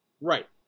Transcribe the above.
right